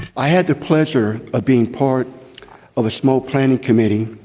i had the pleasure of being part of a small planning committee